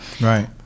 Right